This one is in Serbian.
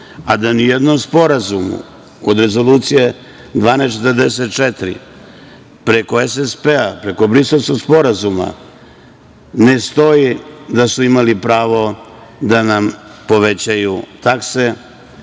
a da ni u jednom sporazumu, od Rezolucije 1244, preko SSP, preko Briselskog sporazuma, ne stoji da su imali pravo da nam povećaju takse